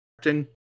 acting